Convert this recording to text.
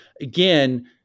again